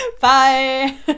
bye